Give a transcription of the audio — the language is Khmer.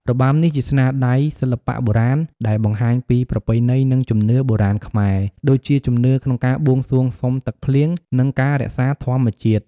របាំនេះជាស្នាដៃសិល្បៈបុរាណ ដែលបង្ហាញពីប្រពៃណី និង ជំនឿបុរាណខ្មែរ ដូចជាជំនឿក្នុងការបួងសួងសុំទឹកភ្លៀង និង ការរក្សាធម្មជាតិ។